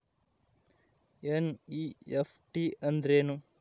NEFT ಅಂದ್ರೆನು?